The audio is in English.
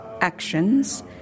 actions